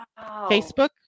Facebook